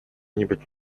нибудь